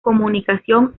comunicación